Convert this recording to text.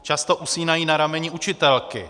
Často usínají na rameni učitelky.